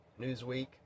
Newsweek